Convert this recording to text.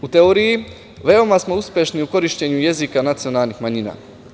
U teoriji, veoma smo uspešni u korišćenju jezika nacionalnih manjina.